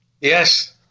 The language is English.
Yes